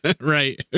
Right